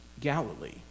Galilee